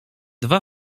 dwa